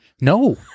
No